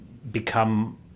Become